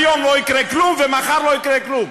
היום לא יקרה כלום ומחר לא יקרה כלום,